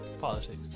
politics